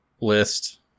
list